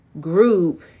group